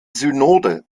synode